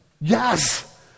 yes